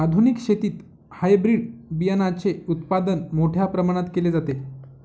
आधुनिक शेतीत हायब्रिड बियाणाचे उत्पादन मोठ्या प्रमाणात केले जाते